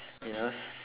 ya